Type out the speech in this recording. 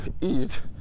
eat